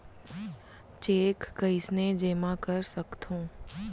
Cheque कईसने जेमा कर सकथो?